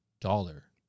dollar